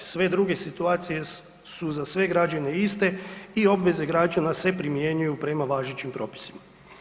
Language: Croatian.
Sve druge situacije su za sve građane iste i obveze građana se primjenjuju prema važećim propisima.